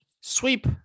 sweep